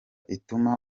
ituma